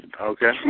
Okay